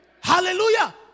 Hallelujah